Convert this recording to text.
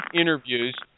interviews